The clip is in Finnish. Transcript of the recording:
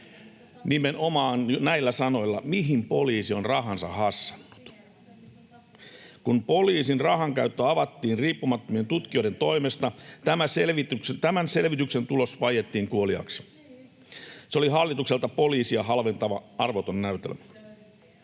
nimenomaan näillä sanoilla: ”Mihin poliisi on rahansa hassannut?” Kun poliisin rahankäyttöä avattiin riippumattomien tutkijoiden toimesta, tämän selvityksen tulos vaiettiin kuoliaaksi. Se oli hallitukselta poliisia halventava, arvoton näytelmä.